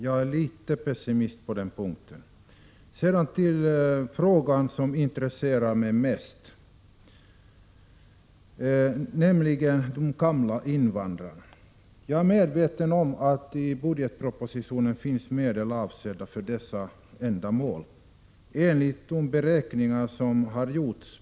Jag är litet pessimistisk på den punkten. Sedan till den fråga som intresserar mig mest, nämligen undervisningen för de ”gamla” invandrarna. Jag är medveten om att medel finns avsatta i budgetpropositionen för detta ändamål.